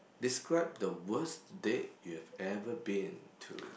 describe the worst date you have ever been to